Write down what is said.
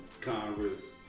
Congress